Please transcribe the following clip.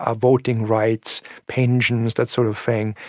ah voting rights, pensions, that sort of thing,